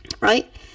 Right